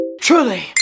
Truly